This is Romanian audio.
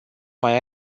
mai